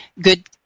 good